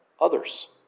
others